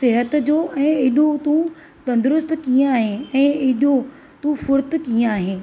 सिहत जो ऐं एॾो तूं तंदरुस्त कीअं आहे ऐं एॾो तूं फुर्त कीअं आहे